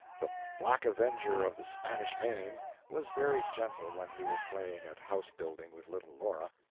the black avenger of the spanish main was very gentle when he was playing at house-building with little laura,